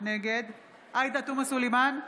נגד עאידה תומא סלימאן,